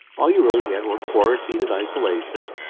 all you really had were quarantine and isolation,